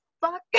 fuck